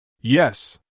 Yes